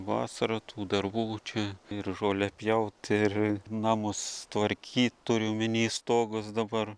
vasarą tų darbų čia ir žolę pjaut ir namus tvarkyt turiu omeny stogas dabar